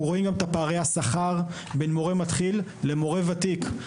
אנחנו רואים גם את פערי השכר בין מורה מתחיל למורה ותיק.